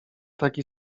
taki